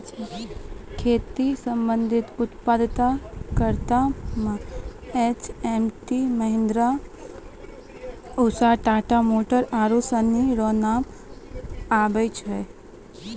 खेती संबंधी उप्तादन करता मे एच.एम.टी, महीन्द्रा, उसा, टाटा मोटर आरु सनी रो नाम आबै छै